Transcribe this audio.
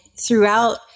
throughout